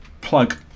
plug